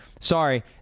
Sorry